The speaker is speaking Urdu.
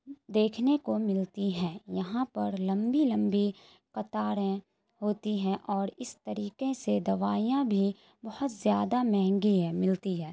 دیکھنے کو ملتی ہیں یہاں پر لمبی لمبی قطاریں ہوتی ہیں اور اس طریقے سے دوائیاں بھی بہت زیادہ مہنگی ہے ملتی ہے